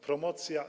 Promocja.